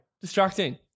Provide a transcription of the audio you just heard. Distracting